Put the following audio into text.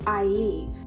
IE